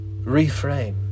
reframe